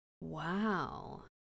Wow